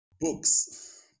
Books